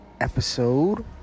episode